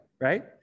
right